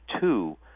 two